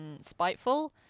spiteful